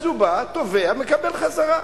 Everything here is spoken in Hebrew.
אז הוא בא, תובע, מקבל חזרה.